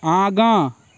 आगाँ